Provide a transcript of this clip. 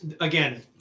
again